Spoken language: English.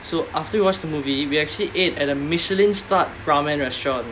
so after we watched the movie we actually ate at a michelin starred ramen restaurant